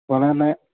അപ്പോഴങ്ങനെതന്നെ